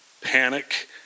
panic